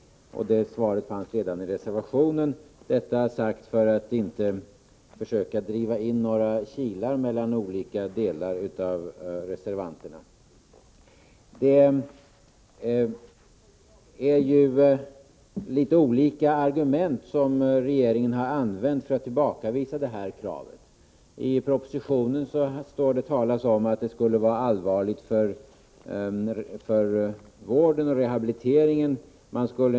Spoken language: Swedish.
Svaret fanns redan i reservationen. Detta har jag sagt för att inte försöka driva in några kilar mellan reservanterna. Regeringen har använt litet olika argument för att tillbakavisa vårt krav. I propositionen talas det om att det skulle vara allvarligt för vården och rehabiliteringen.